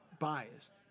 biased